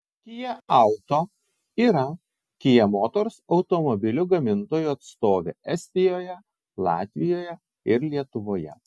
kia auto yra kia motors automobilių gamintojų atstovė estijoje latvijoje ir lietuvoje